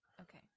Okay